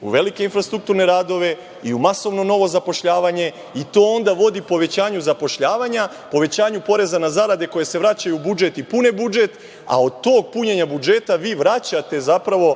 u velike infrastrukturne radove i u masovno novo zapošljavanje i to onda vodi povećanju zapošljavanja, povećanju poreza na zarade koje se vraćaju u budžet i pune budžet, a od tog punjenja budžeta, vi vraćate zapravo